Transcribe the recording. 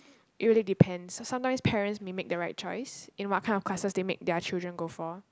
it really depends so sometimes parents may make their right choice in what kind of classes they make their children go for